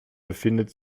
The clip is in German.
befindet